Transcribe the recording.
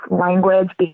language